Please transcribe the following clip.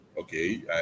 okay